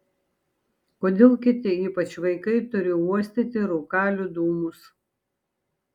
kodėl kiti ypač vaikai turi uostyti rūkalių dūmus